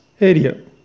area